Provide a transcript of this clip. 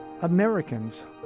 Americans